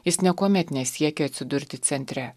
jis niekuomet nesiekė atsidurti centre